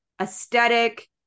aesthetic